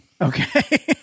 Okay